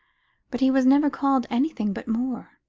but he was never called anything but moore.